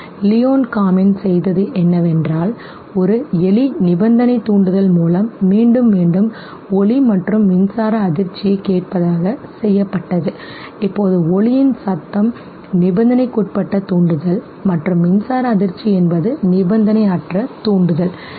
Leon Kamin செய்தது என்னவென்றால் ஒரு எலி நிபந்தனை தூண்டுதல் மூலம் மீண்டும் மீண்டும் ஒலி மற்றும் மின்சார அதிர்ச்சியை கேட்பதாக செய்யப்பட்டது இப்போது ஒலியின் சத்தம் நிபந்தனைக்குட்பட்ட தூண்டுதல் மற்றும் மின்சார அதிர்ச்சி என்பது நிபந்தனையற்ற தூண்டுதல் சரி